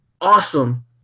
awesome